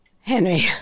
Henry